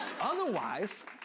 Otherwise